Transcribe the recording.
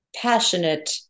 passionate